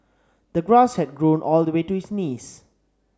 the grass had grown all the way to his knees